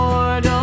Lord